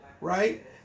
right